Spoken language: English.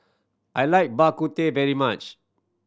I like Bak Kut Teh very much